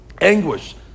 anguish